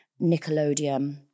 Nickelodeon